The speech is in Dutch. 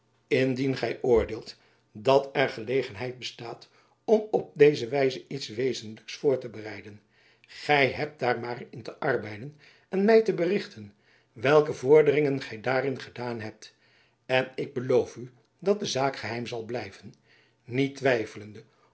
indien gy oordeelt dat er gelegenheid bestaat om op deze wijze iets wezenlijks voor te bereiden gy hebt daar maar in te arbeiden en my te berichten welke vorderingen gy daarin gedaan hebt en ik beloof u dat de zaak geheim zal blijven niet twijfelende